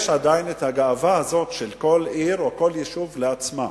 יש עדיין הגאווה הזאת של כל עיר או כל יישוב לעצמו,